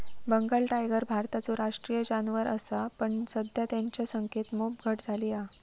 Bengal tiger भारताचो राष्ट्रीय जानवर असा पण सध्या तेंच्या संख्येत मोप घट झाली हा